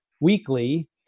weekly